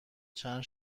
چند